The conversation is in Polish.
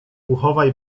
uchowaj